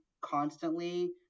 constantly